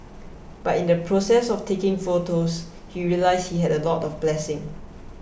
but in the process of taking photos he realised he had a lot of blessings